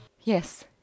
Yes